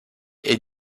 est